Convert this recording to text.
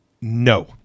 No